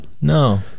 no